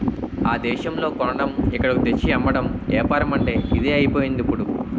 ఆ దేశంలో కొనడం ఇక్కడకు తెచ్చి అమ్మడం ఏపారమంటే ఇదే అయిపోయిందిప్పుడు